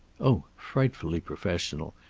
oh, frightfully professional,